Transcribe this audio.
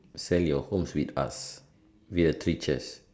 sell your hose with us we are creatures